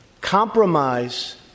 compromise